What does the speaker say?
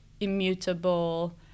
immutable